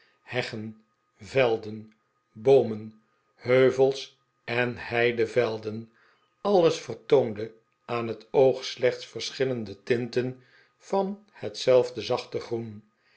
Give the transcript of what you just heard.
heggen velden boomen heuvels en heidevelden alles vertoonde aan het oog slechts verschillende tinten van hetzelfde zachte groen